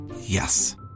Yes